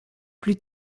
plus